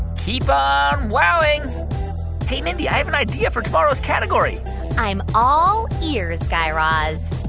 keep on wowing hey, mindy. i have an idea for tomorrow's category i'm all ears, guy raz